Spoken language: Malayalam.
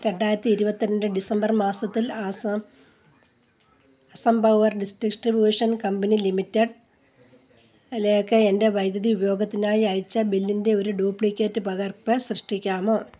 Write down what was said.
രണ്ടായിരത്തി ഇരുപത്തി രണ്ട് ഡിസംബർ മാസത്തിൽ Assam Assam power distribution company ലിമിറ്റഡിലേക്ക് എന്റെ വൈദ്യുതി ഉപയോഗത്തിനായി അയച്ച ബില്ലിന്റെ ഒരു ഡ്യൂപ്ലിക്കേറ്റ് പകർപ്പ് സൃഷ്ടിക്കാമോ